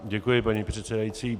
Děkuji, paní předsedající.